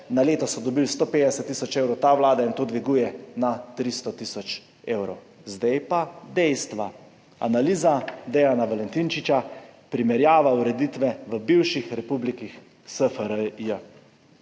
na leto so dobili 150 tisoč evrov, ta vlada jim to dviguje na 300 tisoč evrov. Zdaj pa dejstva. Analiza Dejana Valentinčiča, primerjava ureditve bivših republik SFRJ.